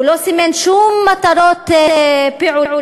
הוא לא סימן שום מטרות פעולה,